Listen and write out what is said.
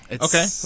okay